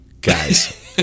guys